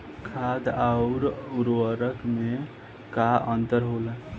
खाद्य आउर उर्वरक में का अंतर होला?